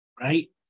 right